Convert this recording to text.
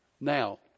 Now